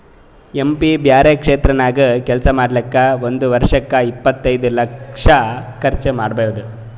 M P ಬ್ಯಾರೆ ಕ್ಷೇತ್ರ ನಾಗ್ನು ಕೆಲ್ಸಾ ಮಾಡ್ಲಾಕ್ ಒಂದ್ ವರ್ಷಿಗ್ ಇಪ್ಪತೈದು ಲಕ್ಷ ಕರ್ಚ್ ಮಾಡ್ಬೋದ್